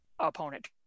opponent